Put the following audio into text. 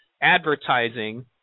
advertising